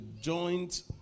joint